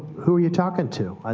who are you talking to? ah